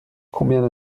combien